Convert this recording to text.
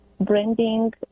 branding